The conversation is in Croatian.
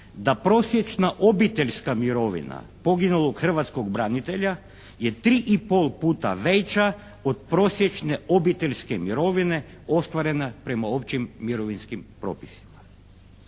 da prosječna obiteljska mirovina poginulog hrvatskog branitelja je 3 i pol puta veća od prosječne obiteljske mirovine ostvarena prema općim mirovinskim propisima.